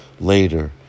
later